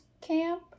camp